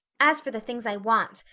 as for the things i want,